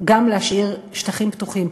גם להשאיר שטחים פתוחים.